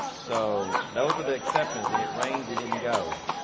so those are the exceptions, when it rained we didn't go.